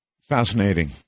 Fascinating